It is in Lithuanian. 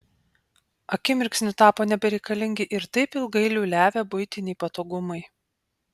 akimirksniu tapo nebereikalingi ir taip ilgai liūliavę buitiniai patogumai